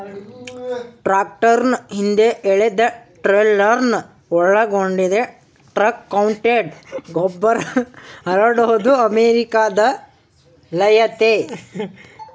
ಟ್ರಾಕ್ಟರ್ನ ಹಿಂದೆ ಎಳೆದಟ್ರೇಲರ್ನ ಒಳಗೊಂಡಿದೆ ಟ್ರಕ್ಮೌಂಟೆಡ್ ಗೊಬ್ಬರಹರಡೋದು ಅಮೆರಿಕಾದಲ್ಲಯತೆ